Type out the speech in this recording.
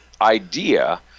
idea